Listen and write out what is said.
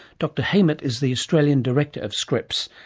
dr haymet is the australian director of scripps,